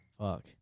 fuck